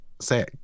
say